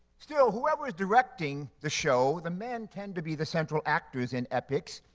still, whoever is directing the show, the men tend to be the central actors in epics.